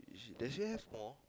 she does she have more